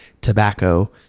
tobacco